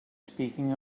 speaking